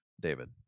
david